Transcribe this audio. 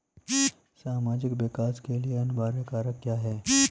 सामाजिक विकास के लिए अनिवार्य कारक क्या है?